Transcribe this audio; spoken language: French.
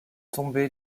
tombée